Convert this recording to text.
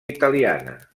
italiana